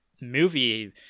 movie